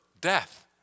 death